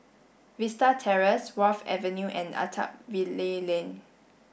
Vista Terrace Wharf Avenue and Attap Valley Lane